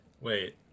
Wait